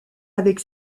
avec